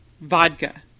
Vodka